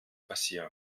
passieren